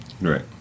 right